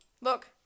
Look